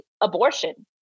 abortion